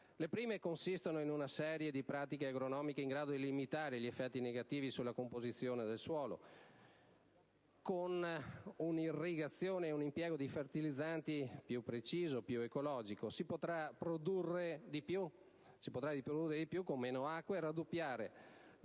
Le prime consistono in una serie di pratiche agronomiche in grado di limitare gli effetti negativi sulla composizione del suolo, mentre con un'irrigazione e un impiego di fertilizzanti più preciso (e più ecologico), si potrà produrre di più con meno acqua e raddoppiare